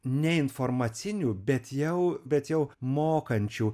ne informacinių bet jau bet jau mokančių